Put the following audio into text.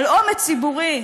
על אומץ ציבורי,